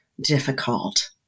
difficult